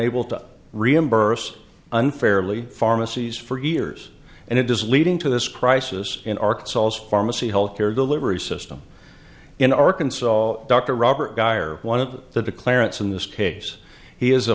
able to reimburse unfairly pharmacies for years and it is leading to this crisis in arkansas as pharmacy health care delivery system in arkansas dr robert guy or one of the clerics in this case he is a